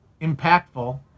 impactful